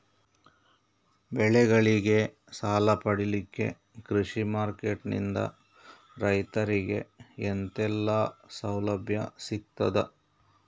ಬೆಳೆಗಳಿಗೆ ಸಾಲ ಪಡಿಲಿಕ್ಕೆ ಕೃಷಿ ಮಾರ್ಕೆಟ್ ನಿಂದ ರೈತರಿಗೆ ಎಂತೆಲ್ಲ ಸೌಲಭ್ಯ ಸಿಗ್ತದ?